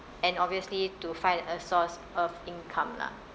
and obviously to find a source of income lah